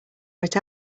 right